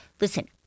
listen